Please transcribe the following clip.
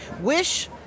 Wish